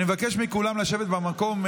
אני מבקש מכולם לשבת במקום.